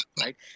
right